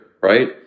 right